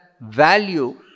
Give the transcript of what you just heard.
value